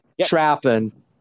trapping